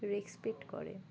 respect করে